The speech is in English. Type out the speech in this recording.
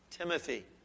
Timothy